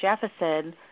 Jefferson